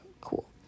cool